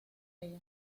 ella